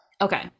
Okay